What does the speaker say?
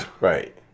Right